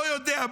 לא יודע,